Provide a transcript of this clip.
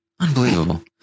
Unbelievable